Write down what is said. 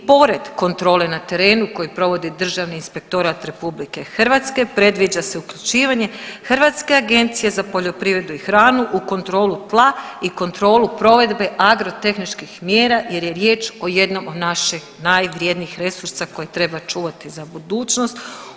I pored kontrole na terenu koje provodi Državni inspektorat Republike Hrvatske predviđa se uključivanje Hrvatske agencije za poljoprivredu i hranu u kontrolu tla i kontrolu provedbe agrotehničkih mjera jer je riječ o jednom od naših najvrjednijih resursa koje treba čuvati za budućnost.